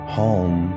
home